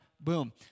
Boom